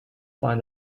find